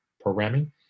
programming